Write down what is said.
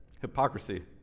Hypocrisy